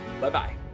bye-bye